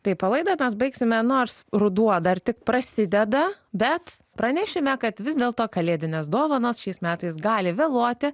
taip o laidą mes baigsime nors ruduo dar tik prasideda bet pranešėme kad vis dėlto kalėdinės dovanos šiais metais gali vėluoti